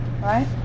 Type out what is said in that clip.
right